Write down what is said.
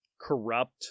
corrupt